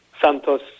santos